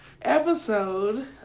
episode